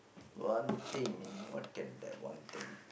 one thing what can that one thing